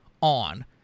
on